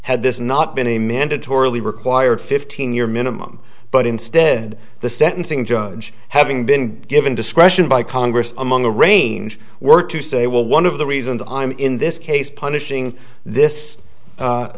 had this not been a mandatorily required fifteen year minimum but instead the sentencing judge having been given discretion by congress among a range were to say well one of the reasons i'm in this case punishing this